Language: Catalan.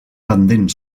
pendent